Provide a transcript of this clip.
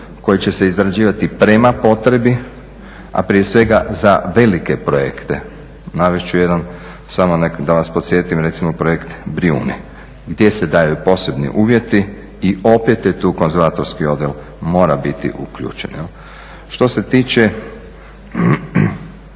koji će se izrađivati prema potrebi, a prije svega za velike projekte. Navest ću jedan samo da vas podsjetim, recimo projekt Brijuni gdje se daju posebni uvjeti i opet tu konzervatorski odjel mora biti uključen. Što se tiče,